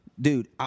Dude